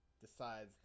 decides